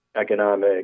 economic